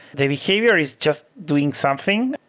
the behavior is just doing something.